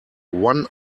one